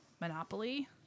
Monopoly